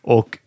Och